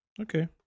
okay